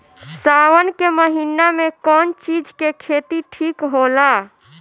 सावन के महिना मे कौन चिज के खेती ठिक होला?